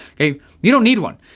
you don't need one.